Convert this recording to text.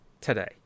Today